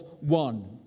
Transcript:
one